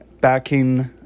backing